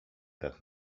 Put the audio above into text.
that